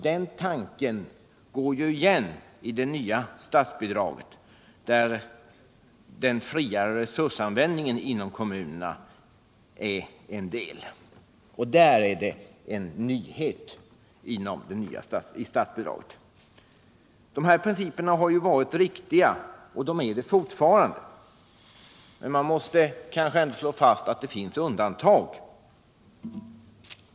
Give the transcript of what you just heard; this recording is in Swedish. Den tanken går igen också i det nya statsbidraget, i vilket den friare resursanvändningen inom kommunerna utgör en del. Det är en nyhet inom detta statsbidrag. 149 De här principerna har varit riktiga, och de är det fortfarande, men man måste kanske ändå slå fast att det finns undantag.